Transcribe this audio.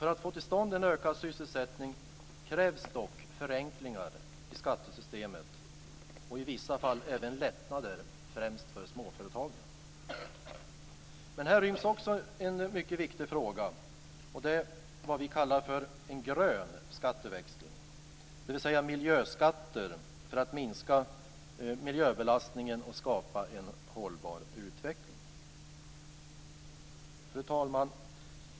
För att få till stånd en ökad sysselsättning krävs dock förenklingar i skattesystemet, och i vissa fall även lättnader för främst småföretagen. Men här ryms också en mycket viktig fråga, och det gäller vad vi kallar för en grön skatteväxling, dvs. miljöskatter för att minska miljöbelastningen och skapa en hållbar utveckling. Fru talman!